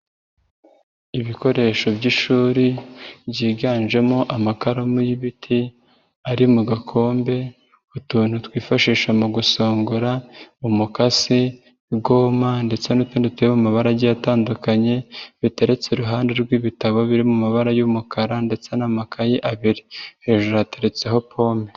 Ibikoresho by'ishuri byiganjemo amakaramu y'ibiti ari mu gakombe, utuntu twifashisha mu gusongora, umukasi, igoma ndetse n'utundi turi mu mabara agiye atandukanye biteretse, iruhande rw'ibitabo biri mu mabara y'umukara ndetse n'amakayi abiri hejuru hateretseho pome.